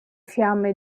fiamme